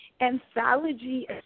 anthology